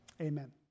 Amen